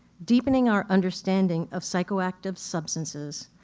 deepening our understanding of psychoactive substances,